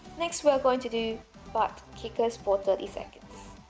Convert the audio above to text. next we're going to do butt kickers for thirty seconds